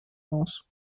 mãos